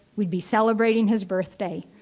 we'd be celebrating his birthday.